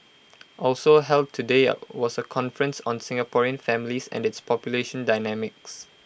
also held today was A conference on Singaporean families and its population dynamics